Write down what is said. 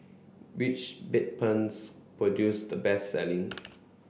which Bedpans produce the best selling